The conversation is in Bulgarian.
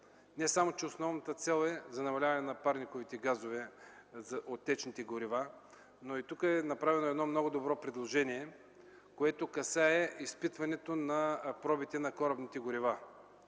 Не само, че основната цел е за намаляване на парниковите газове от течните горива. Тук е направено много добро предложение, което касае изпитването на пробите на корабните горива.